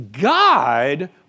guide